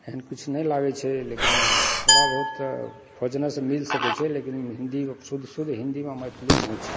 एहन किछु नहि लागैत छै लेकिन थोड़ा बहुत खोजनएसँ मिल सकै छै लेकिन हिन्दी शुद्ध शुद्ध हिन्दीमे मैथिली नहि छै